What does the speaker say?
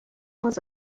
was